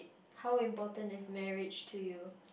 how important is marriage to you